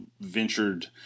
ventured